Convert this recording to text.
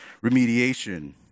remediation